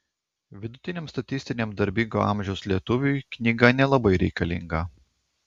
vidutiniam statistiniam darbingo amžiaus lietuviui knyga nelabai reikalinga